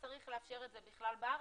צריך לאפשר את זה בכלל בארץ.